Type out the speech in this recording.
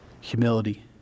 Humility